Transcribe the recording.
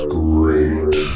great